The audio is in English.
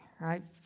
right